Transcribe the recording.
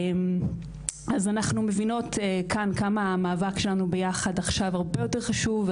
אז אנחנו מבינות כאן כמה המאבק שלנו ביחד עכשיו הרבה יותר חשוב.